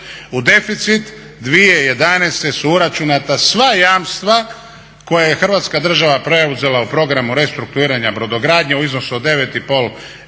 U deficit 2011. su uračunata sva jamstva koja je Hrvatska država preuzela u programu restrukturiranja brodogradnje u iznosu od 9,5